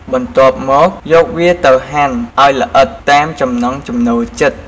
បន្ទាប់មក យកវាទៅហាន់ឱ្យល្អិតតាមចំណង់ចំណូលចិត្ត។